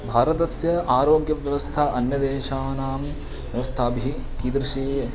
भारतस्य आरोग्यव्यवस्था अन्यदेशानां व्यवस्थाभिः कीदृशी